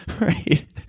right